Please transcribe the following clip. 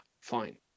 fine